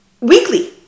weekly